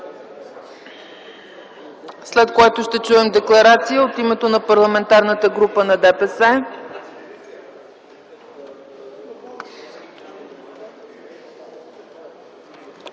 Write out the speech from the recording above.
след което ще чуем декларация от името на Парламентарната група на ДПС.